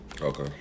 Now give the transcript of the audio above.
Okay